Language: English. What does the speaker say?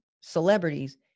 celebrities